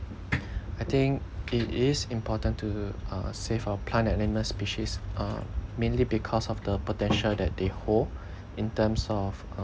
I think it is important to uh save our plant and animal species uh mainly because of the potential that they hold in terms of